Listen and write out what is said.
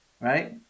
Right